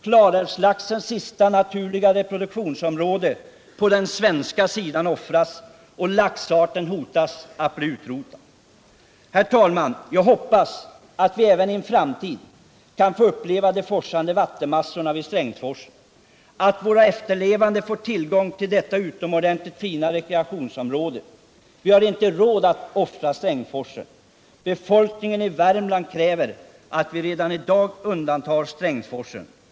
Klarälvslaxens sista naturliga reproduktionsområde på = vattendrag i norra den svenska sidan offras annars och laxarten hotas att bli utrotad. Svealand och Herr talman! Jag hoppas att vi även i en framtid kan få uppleva de Norrland forsande vattenmassorna vid Strängsforsen, att våra efterlevande får till Ö gång till detta utomordentligt fina rekreationsområde. Vi har inte råd att offra Strängsforsen. Befolkningen i Värmland kräver att vi redan i dag undantar Strängsforsen.